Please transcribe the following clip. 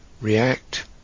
react